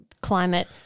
climate